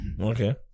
Okay